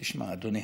תשמע, אדוני,